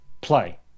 play